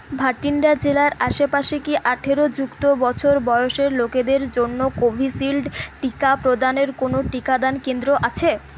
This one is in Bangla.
ভাটিন্ডা জেলার আশেপাশে কি আঠারো যুক্ত বছর বয়সের লোকেদের জন্য কোভিশিল্ড টিকা প্রদানের কোনও টিকাদান কেন্দ্র আছে